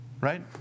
right